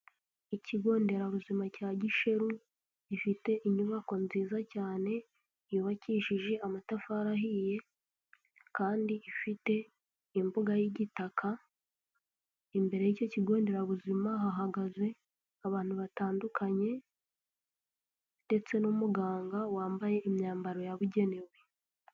Ikigo nderabuzima cya Gisheru gifite inyubako nziza cyane, yubakishije amatafari ahiye, kandi ifite imbuga y'igitaka, imbere y'iki kigo nderabuzima hahagaze abantu batandukanye ndetse n'umuganga wambaye imyambaro yabugenewe.